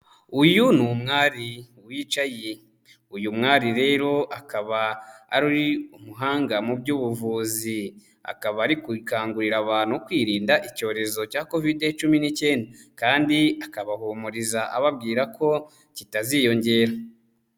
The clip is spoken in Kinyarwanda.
Uyu ni umwari wicaye, uyu mwari rero akaba ari umuhanga mu by'ubuvuzi, akaba ari gukangurira abantu kwirinda icyorezo cya kovide cumi n'icyenda, kandi akabahumuriza ababwira ko kitaziyongera.